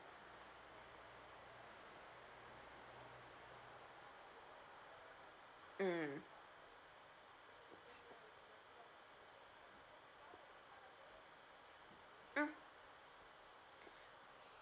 mm mm